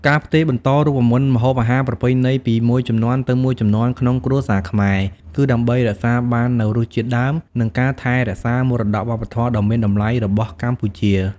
ការផ្ទេរបន្តរូបមន្តម្ហូបអាហារប្រពៃណីពីមួយជំនាន់ទៅមួយជំនាន់ក្នុងគ្រួសារខ្មែរ គឺដើម្បីរក្សាបាននូវរសជាតិដើម និងការថែរក្សាមរតកវប្បធម៌ដ៏មានតម្លៃរបស់កម្ពុជា។